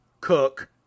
Cook